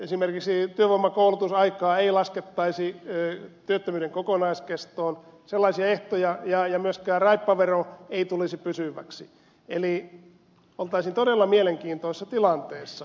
esimerkiksi työvoimakoulutusaikaa ei laskettaisi työttömyyden kokonaiskestoon sellaisia ehtoja ja myöskään raippavero ei tulisi pysyväksi eli oltaisiin todella mielenkiintoisessa tilanteessa